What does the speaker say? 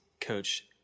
coach